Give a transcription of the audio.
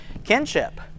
kinship